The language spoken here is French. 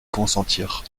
consentir